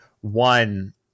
One